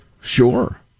Sure